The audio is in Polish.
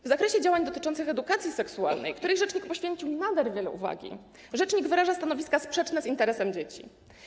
W zakresie działań dotyczących edukacji seksualnej, której rzecznik poświęcił nader wiele uwagi, rzecznik wyraża stanowiska sprzeczne z interesem dzieci.